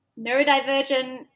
Neurodivergent